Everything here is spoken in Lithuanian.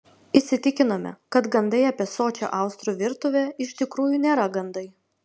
įsitikinome kad gandai apie sočią austrų virtuvę iš tikrųjų nėra gandai